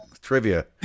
Trivia